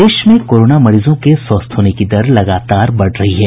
प्रदेश में कोरोना मरीजों के स्वस्थ होने की दर लगातार बढ़ रही है